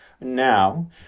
Now